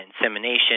insemination